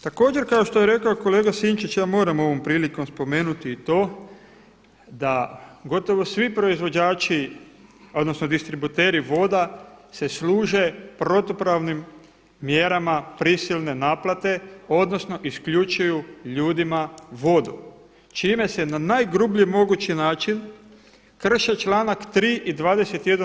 Također kao što je rekao kolega Sinčić ja moram ovom prilikom spomenuti i to da gotovo svi proizvođači, odnosno distributeri voda se služe protupravnim mjerama prisilne naplate, odnosno isključuju ljudima vodu čime se na najgrublji mogući način krše članak 3. i 21.